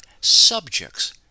subjects